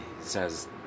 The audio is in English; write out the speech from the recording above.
says